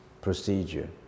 procedure